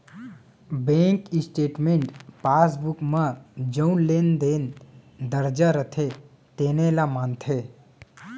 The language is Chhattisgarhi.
बेंक स्टेटमेंट पासबुक म जउन लेन देन दर्ज रथे तेने ल मानथे